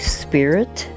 spirit